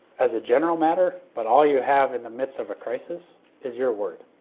as a general matter, but all you have in the midst of a crisis is your word.